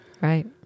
Right